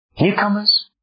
Newcomers